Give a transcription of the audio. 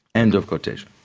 end of quotation.